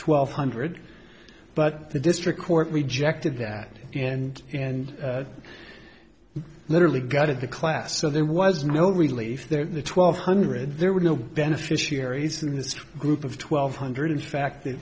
twelve hundred but the district court rejected that and and literally gutted the class so there was no relief there the twelve hundred there were no beneficiaries in this group of twelve hundred in fact the